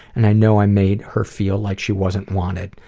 and i know i made her feel like she wasn't wanted.